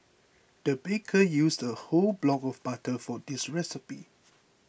the baker used a whole block of butter for this recipe